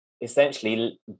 essentially